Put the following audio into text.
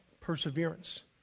perseverance